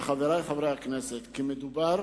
וחברי חברי הכנסת, כי מדובר